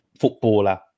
footballer